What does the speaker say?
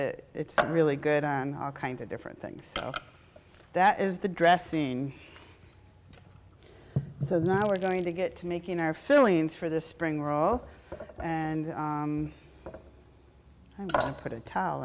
it it's really good kinds of different things so that is the dressing so now we're going to get to making our fillings for this spring roll and i put a towel